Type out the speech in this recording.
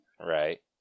Right